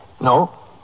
No